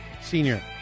Senior